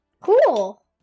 Cool